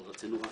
אבל רצינו רק